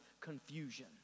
confusion